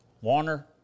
warner